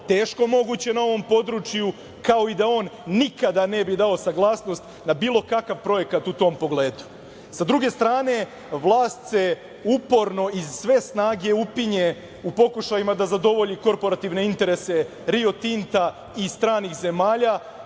teško moguće na ovom području, kao i da on nikada ne bi dao saglasnost na bilo kakav projekat u tom pogledu. Sa druge strane, vlast se uporno iz sve snage upinje u pokušajima da zadovolji korporativne interese Rio Tinta i stranih zemalja,